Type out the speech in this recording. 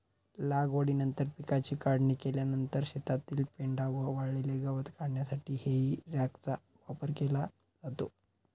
लागवडीनंतर पिकाची काढणी केल्यानंतर शेतातील पेंढा व वाळलेले गवत काढण्यासाठी हेई रॅकचा वापर केला जातो